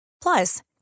Plus